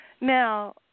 Now